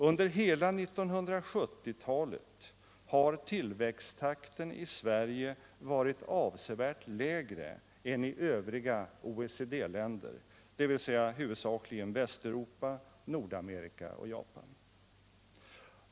Under hela 1970-talet har tillväxttakten i Sverige varit avsevärt lägre än i övriga OECD-länder, dvs. huvudsakligen Västeuropa, Nordamerika och Japan.